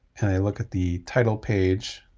and i look at the title page,